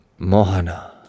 Mohana